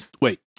wait